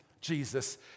Jesus